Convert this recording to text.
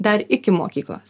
dar iki mokyklos